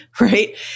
right